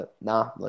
Nah